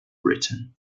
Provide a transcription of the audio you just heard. britain